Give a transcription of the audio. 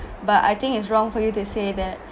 but I think it's wrong for you to say that